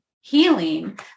healing